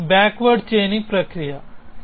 ఇది backward chaining ప్రక్రియ